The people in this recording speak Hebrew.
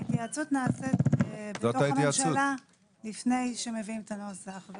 ההתייעצות נעשית בתוך הממשלה לפני שמביאים את הנוסח.